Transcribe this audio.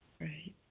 Right